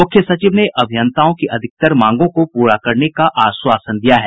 मुख्य सचिव ने अभियंताओं की अधिकांश मांगों को पूरा करने का आश्वासन दिया है